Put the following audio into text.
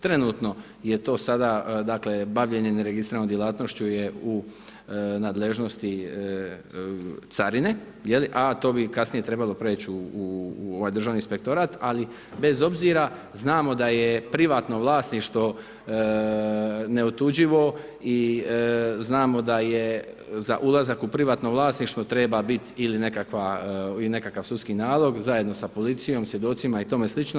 Trenutno je to sada bavljenje neregistriranom djelatnošću u nadležnosti carine a to bi kasnije trebalo preć i u ovaj Državni inspektorat ali bez obzira znamo da je privatno vlasništvo neotuđivo i znamo da je za ulazak u privatno vlasništvo, treba biti ili nekakvi sudski nalog, zajedno s policijom i svjedocima i tome slično.